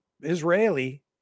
Israeli